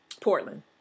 Portland